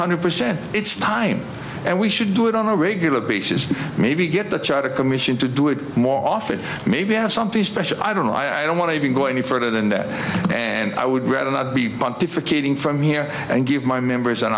hundred percent it's time and we should do it on a regular basis maybe get the child a commission to do it more often maybe have something special i don't know i don't want to go any further than that and i would rather not be bunty for keating from here and give my members an